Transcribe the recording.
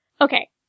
Okay